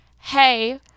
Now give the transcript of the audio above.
hey